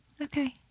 Okay